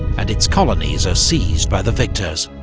and its colonies are seized by the victors.